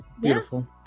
beautiful